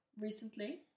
recently